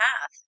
path